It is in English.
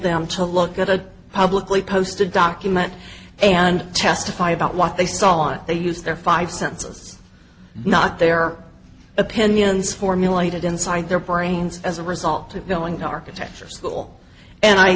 them to look at a publicly posted document and testify about what they saw and they used their five senses not their opinions formulated inside their brains as a result of knowing architecture school and i